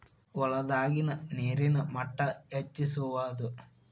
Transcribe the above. ಹೊಲದಾಗಿನ ನೇರಿನ ಮಟ್ಟಾ ಹೆಚ್ಚಿಸುವದು